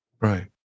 Right